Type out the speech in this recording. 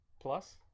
Plus